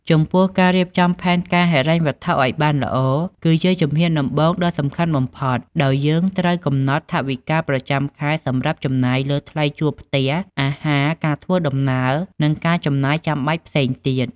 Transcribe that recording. ចំពោះ ការរៀបចំផែនការហិរញ្ញវត្ថុឲ្យបានល្អ គឺជាជំហានដំបូងដ៏សំខាន់បំផុត ដោយយើងត្រូវកំណត់ថវិកាប្រចាំខែសម្រាប់ចំណាយលើថ្លៃជួលផ្ទះ អាហារ ការធ្វើដំណើរ និងការចំណាយចាំបាច់ផ្សេងទៀត។